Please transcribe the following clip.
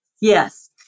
Yes